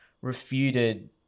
refuted